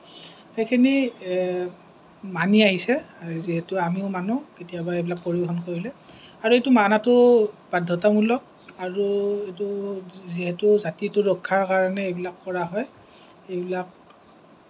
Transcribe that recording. সেইখিনি মানি আহিছে আৰু যিহেতু আমিও মানোঁ কেতিয়াবা এইবিলাক পৰিৱেশন কৰিলে আৰু এইটো মনাটো বাধ্যতামূলক আৰু এইটো যিহেতু জাতিটো ৰক্ষাৰ কাৰণে এইবিলাক কৰা হয় এইবিলাক